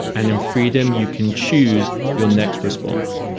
and in freedom you can choose your next response.